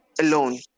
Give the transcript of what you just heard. alone